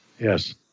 Yes